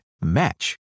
match